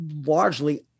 largely